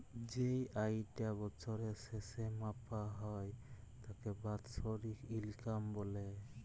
যেই আয়িটা বছরের শেসে মাপা হ্যয় তাকে বাৎসরিক ইলকাম ব্যলে